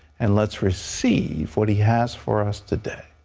and let's receive what he has for us today.